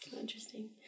Interesting